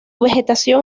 vegetación